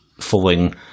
following